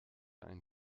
ein